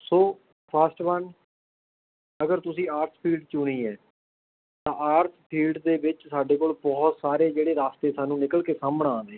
ਸੋ first one ਅਗਰ ਤੁਸੀਂ arts field ਚੁਣੀ ਹੈ ਤਾਂ ਆਰਟਸ ਫ਼ੀਲਡ ਦੇ ਵਿੱਚ ਸਾਡੇ ਕੋਲ ਬਹੁਤ ਸਾਰੇ ਜਿਹੜੇ ਰਸਤੇ ਸਾਨੂੰ ਨਿਕਲ ਕੇ ਸਾਹਮਣਾ ਆਉਂਦੇ